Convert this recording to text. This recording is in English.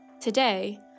Today